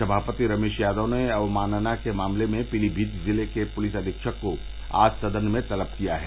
सभापति रमेष यादव ने अवमानना के मामर्ले में पीलीभीत जिले के पुलिस अधीक्षक को आज सदन में तलब किया है